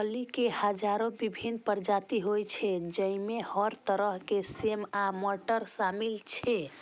फली के हजारो विभिन्न प्रजाति होइ छै, जइमे हर तरह के सेम आ मटर शामिल छै